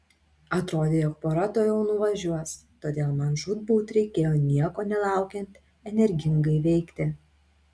atrodė jog pora tuojau nuvažiuos todėl man žūtbūt reikėjo nieko nelaukiant energingai veikti